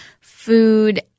food